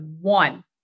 one